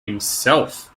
himself